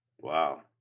Wow